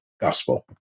gospel